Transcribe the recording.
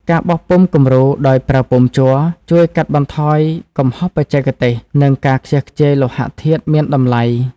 ការបោះពុម្ពគំរូដោយប្រើពុម្ពជ័រ ជួយកាត់បន្ថយកំហុសបច្ចេកទេស និងការខ្ជះខ្ជាយលោហៈធាតុមានតម្លៃ។